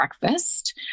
breakfast